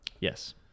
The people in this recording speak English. Yes